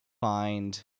find